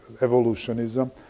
evolutionism